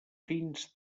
fins